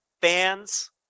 fans